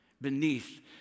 beneath